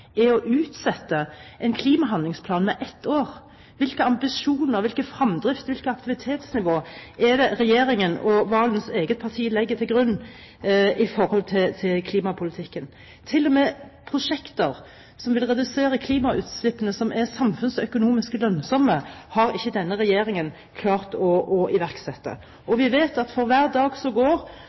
er å utsette en klimahandlingsplan med ett år. Hvilke ambisjoner, hvilken fremdrift, hvilket aktivitetsnivå er det regjeringen og Valens eget parti legger til grunn for klimapolitikken? Til og med prosjekter som ville redusere klimautslippene og som er samfunnsøkonomisk lønnsomme, har ikke denne regjeringen klart å iverksette. Vi vet at for hver dag som går,